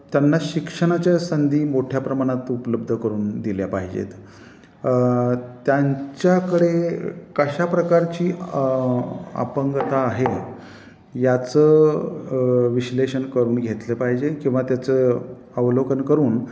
त्यांना शिक्षणाच्या संधी मोठ्या प्रमाणात उपलब्ध करून दिल्या पाहिजेत त्यांच्याकडे कशा प्रकारची अपंगता आहे याचं विश्लेषण करून घेतलं पाहिजे किंवा त्याचं अवलोकन करून